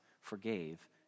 forgave